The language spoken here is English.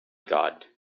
god